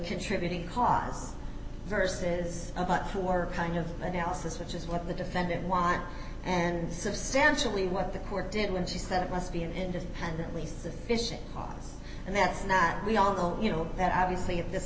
contributing cause verses about who were kind of analysis which is what the defendant won and substantially what the court did when she said it must be an independently sufficient cause and that's not we all know you know that obviously at this